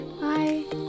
Bye